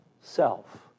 self